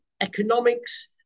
economics